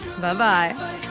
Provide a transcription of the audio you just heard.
Bye-bye